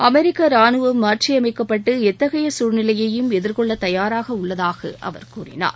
அமெரிக்க ரானுவம் மாற்றியமைக்கப்பட்டு எத்தகைய சூழ்நிலையையும் எதிர்கொள்ள தயாராக உள்ளதாக அவர் கூறினார்